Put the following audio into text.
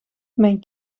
mijn